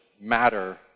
matter